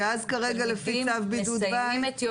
שאז כרגע לפי צו בידוד בית --- נכון מאוד.